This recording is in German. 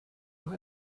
noch